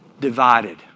divided